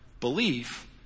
Belief